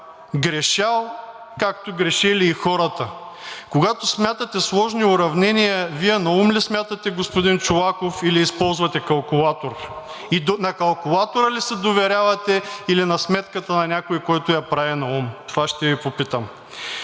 грешал, както грешали и хората. Когато смятате сложни уравнения, Вие наум ли смятате, господин Чолаков, или използвате калкулатор? И на калкулатора ли се доверявате, или на сметката на някой, който я прави наум? Това ще Ви попитам.